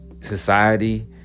society